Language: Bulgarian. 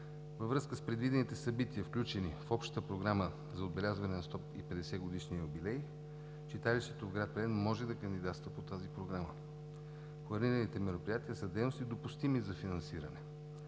Във връзка с предвидените събития, включени в общата програма за отбелязване на 150-годишния юбилей, читалището в град Плевен може да кандидатства по тази програма. Планираните мероприятия са дейности, допустими за финансиране